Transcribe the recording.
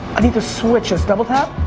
i need to switch this, double-tap?